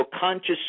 conscious